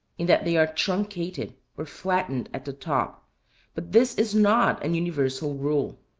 in that they are truncated, or flattened at the top but this is not an universal rule.